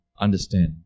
understand